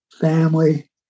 family